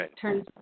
turns